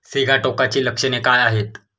सिगाटोकाची लक्षणे काय आहेत?